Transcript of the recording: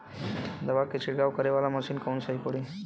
दवा के छिड़काव करे वाला मशीन कवन सही पड़ी?